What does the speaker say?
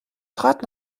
trat